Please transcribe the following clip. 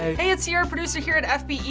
ah hey, it's sierra, producer here at fbe.